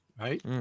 Right